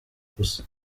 gusa